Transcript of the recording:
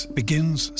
begins